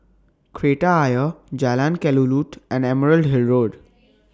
Kreta Ayer Jalan Kelulut and Emerald Hill Road